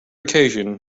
occasion